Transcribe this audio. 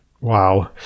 Wow